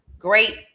great